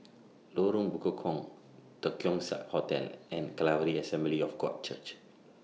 Lorong Bekukong The Keong Saik Hotel and Calvary Assembly of God Church